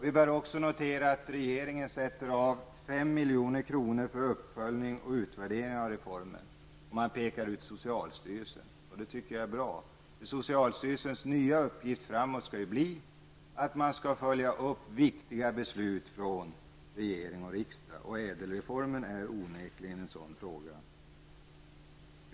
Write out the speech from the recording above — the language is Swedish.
Vi bör också notera att regeringen sätter av 5 milj.kr. för uppföljning och utvärdering av reformen. Man pekar ut socialstyrelsen, och det tycker jag är bra. Socialstyrelsens nya uppgift framöver skall ju bli att följa upp viktiga beslut från regering och riksdag. ÄDEL-reformen är onekligen en sådan fråga.